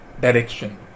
direction